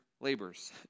labors